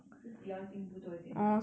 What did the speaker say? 自己要进步多一点 lor